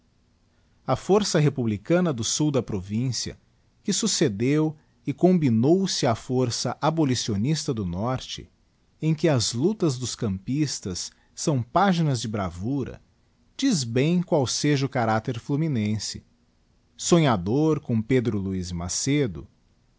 a força republicana do sul da provinda que succedeu digiti zedby google e combinou se á força abolicionista do norte em que as luctas dos campistas são paginas de bravura diz bem qual seja o caracter fluminense sonhador com pedro luiz e macedo